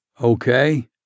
Okay